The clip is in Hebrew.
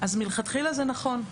אז מלכתחילה זה נכון.